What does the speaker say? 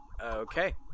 Okay